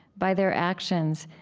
by their actions,